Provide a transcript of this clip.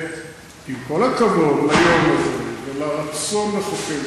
עם כל הכבוד ליום הזה ולרצון לחוקק,